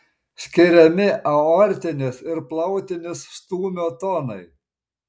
skiriami aortinis ir plautinis stūmio tonai